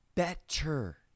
Better